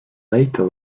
later